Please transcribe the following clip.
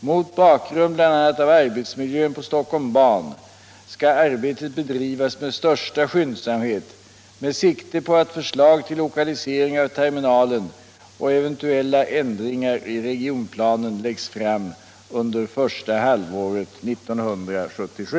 Mot bakgrund bl.a. av arbetsmiljön på Stockholm Ban skall arbetet bedrivas med största skyndsamhet med sikte på att förslag till lokalisering av terminalen och eventuella ändringar i regionplanen läggs fram under första halvåret 1977.